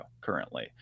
currently